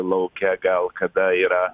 lauke gal kada yra